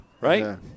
right